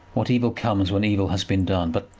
what evil comes, when evil has been done! but,